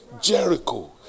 Jericho